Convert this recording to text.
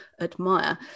admire